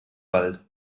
wald